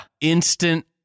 instant